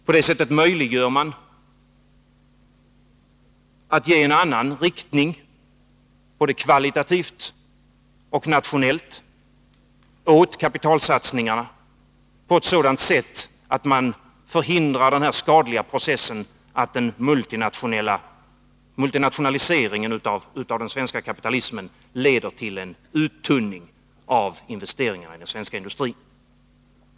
På det sättet möjliggör man att ge en annan riktning, både kvalitativt och nationellt, åt kapitalsatsningarna. Man förhindrar att multinationaliseringen av den svenska kapitalismen leder till en uttunning av investeringarna i den svenska industrin.